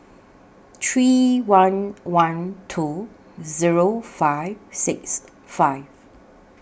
three one one two Zero five six five